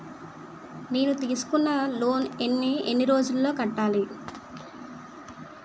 నేను తీసుకున్న లోన్ నీ ఎన్ని రోజుల్లో కట్టాలి?